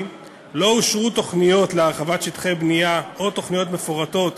לא אושרו תוכניות להרחבת שטחי בנייה או תוכניות מפורטות